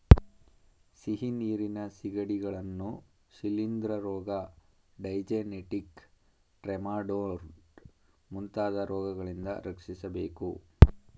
ಸಿಹಿನೀರಿನ ಸಿಗಡಿಗಳನ್ನು ಶಿಲಿಂದ್ರ ರೋಗ, ಡೈಜೆನೆಟಿಕ್ ಟ್ರೆಮಾಟೊಡ್ ಮುಂತಾದ ರೋಗಗಳಿಂದ ರಕ್ಷಿಸಬೇಕು